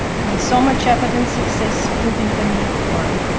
when so much evidence exists proving the need for it?